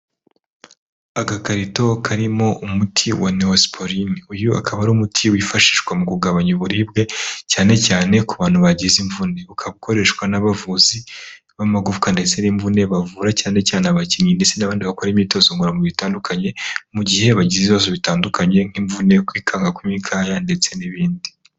Agakarito karimo umuti wa newosipoline. Uyu ukaba ari umuti wifashishwa mu kugabanya uburibwe cyane cyane ku bantu bagize imvune. Ukaba ukoreshwa n'abavuzi b'amagufwa ndetse n'imvune bavura cyane cyane abakinnyi ndetse n'abandi bakora imyitozo ngororamubiri itandukanye mu gihe bagize ibibazo bitandukanye nk'imvune, kwikanga kw'imikaya ndetse n'ibindi.